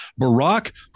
Barack